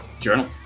Journal